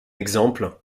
exemples